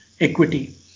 equity